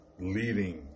leading